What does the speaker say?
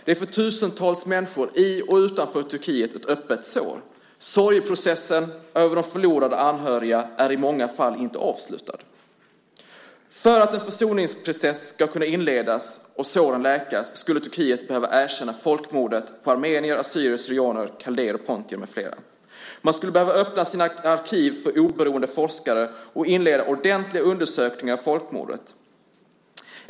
Det är för tusentals människor i och utanför Turkiet ett öppet sår. Sorgeprocessen över de förlorade anhöriga är i många fall inte avslutad. För att en försoningsprocess ska kunna inledas och såren läkas skulle Turkiet behöva erkänna folkmordet på armenier, assyrier/syrianer, kaldéer och pontier med flera. Man skulle behöva öppna sina arkiv för oberoende forskare och inleda ordentliga undersökningar av folkmordet.